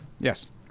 Yes